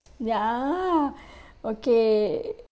ya okay